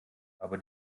aber